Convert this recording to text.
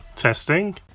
testing